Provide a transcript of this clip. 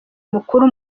mukuru